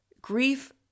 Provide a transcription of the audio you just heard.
Grief